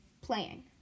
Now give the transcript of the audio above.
playing